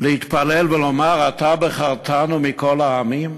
להתפלל ולומר "אתה בחרתנו מכל העמים"?